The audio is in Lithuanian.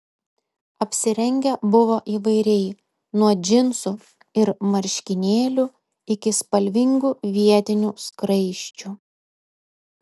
apsirengę buvo įvairiai nuo džinsų ir marškinėlių iki spalvingų vietinių skraisčių